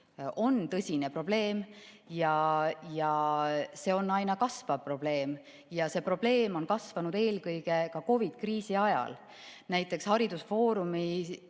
on tõsine probleem, see on aina kasvav probleem ja see probleem on kasvanud eelkõige COVID‑i kriisi ajal. Näiteks haridusfoorumi